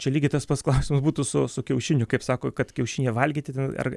čia lygiai tas pats klausimas būtų su su kiaušiniu kaip sako kad kiaušinį valgyti ten ar